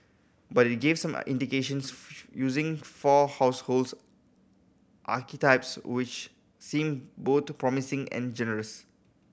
but it gave some indications using four households archetypes which seem boot promising and generous